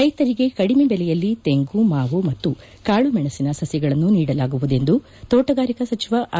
ರೈತರಿಗೆ ಕಡಿಮೆ ಬೆಲೆಯಲ್ಲಿ ತೆಂಗು ಮಾವು ಮತ್ತು ಕಾಳುಮೆಣಸಿನ ಸಸಿಗಳನ್ನು ನೀಡಲಾಗುವುದೆಂದು ತೋಣಗಾರಿಕಾ ಸಚಿವ ಆರ್